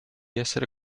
esser